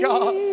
God